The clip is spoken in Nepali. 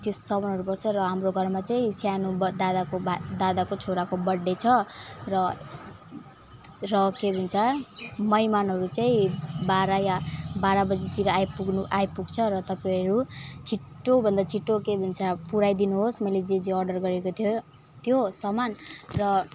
त्यो सामानहरू पर्छ र हाम्रो घरमा चाहिँ सानो बत् दादाको बा दादाको छोराको बर्थडे छ र र के भन्छ महिमानहरू चाहिँ बाह्र या बाह्र बजीतिर आइपुग्नु आइपुग्छ र तपाईँहरू छिट्टोभन्दा छिट्टो के भन्छ पुर्याइदिनु होस् मैले जे जे अर्डर गरेको थियो त्यो सामान र